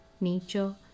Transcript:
nature